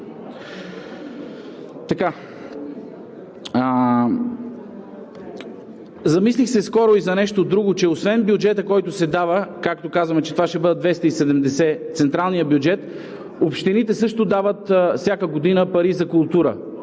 Замислих се скоро и за нещо друго, че освен бюджетът, който се дава, както казваме, че това ще бъдат 270 млн. лв. в централния бюджет, общините също дават всяка година пари за култура.